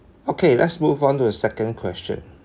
okay let's move on to the second question